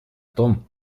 том